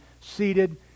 seated